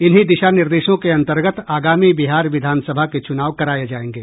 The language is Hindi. इन्हीं दिशा निर्देशों के अंतर्गत आगामी बिहार विधान सभा के चुनाव कराये जायेंगे